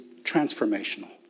transformational